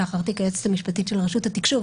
היועצת המשפטית של רשות התקשוב,